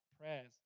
prayers